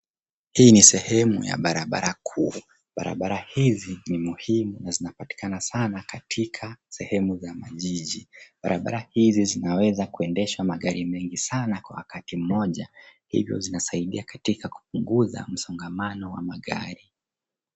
Hii ni sehemu ya barabara kuu. Barabara hizi ni muhimu na zinapatikana sana katika sehemu za majiji. Barabara hizi zinaweza kuendesha magari mengi sana kwa wakati mmoja hivyo zinasaidia katika kupunguza msongamano wa magari.